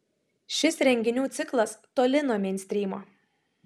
šis renginių ciklas toli nuo meinstrymo